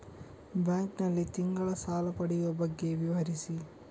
Bank ನಲ್ಲಿ ತಿಂಗಳ ಸಾಲ ಪಡೆಯುವ ಬಗ್ಗೆ ವಿವರಿಸಿ?